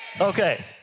Okay